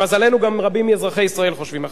למזלנו, גם רבים מאזרחי ישראל חושבים אחרת.